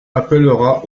appellera